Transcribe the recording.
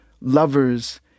lovers